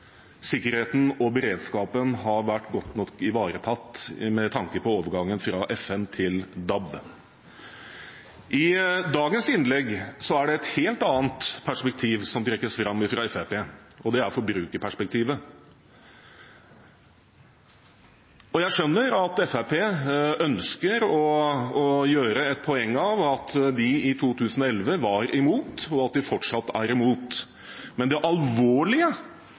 sikkerheten og beredskapen har vært godt nok ivaretatt, med tanke på overgangen fra FM til DAB. I dagens innlegg er det et helt annet perspektiv som trekkes fram fra Fremskrittspartiets side, og det er forbrukerperspektivet. Jeg skjønner at Fremskrittspartiet ønsker å gjøre et poeng av at de i 2011 var imot, og at de fortsatt er imot, men det alvorlige